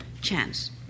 chance